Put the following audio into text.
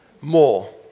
more